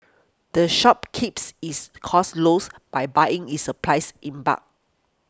the shop keeps its costs lows by buying its applies in bulk